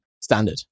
Standard